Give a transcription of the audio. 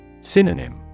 Synonym